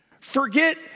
Forget